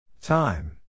Time